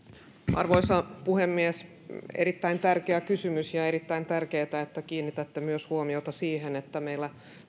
arvoisa puhemies erittäin tärkeä kysymys ja erittäin tärkeätä että kiinnitätte myös huomiota siihen että meillä